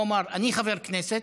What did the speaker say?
הוא אמר: אני חבר כנסת,